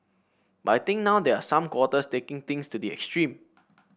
but I think now there are some quarters taking things to the extreme